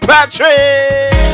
Patrick